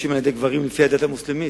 רצוני לשאול: 1. האם הידיעות נכונות?